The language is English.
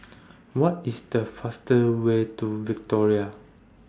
What IS The fasterway to Victoria